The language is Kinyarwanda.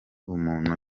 muntu